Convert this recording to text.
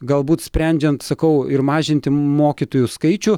galbūt sprendžiant sakau ir mažinti mokytojų skaičių